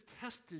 tested